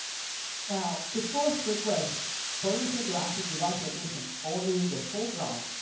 now, to force request permission to access device location only in the foreground,